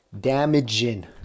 damaging